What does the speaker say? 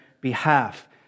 behalf